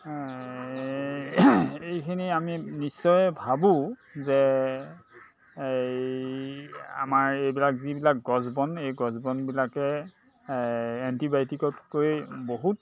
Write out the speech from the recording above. এইখিনি আমি নিশ্চয় ভাবোঁ যে এই আমাৰ এইবিলাক যিবিলাক গছ বন এই গছ বনবিলাকে এণ্টিবায়'টিকতকৈ বহুত